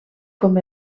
com